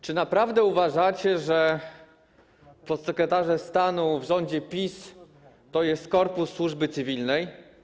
Czy naprawdę uważacie, że podsekretarze stanu w rządzie PiS to jest korpus służby cywilnej?